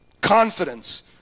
confidence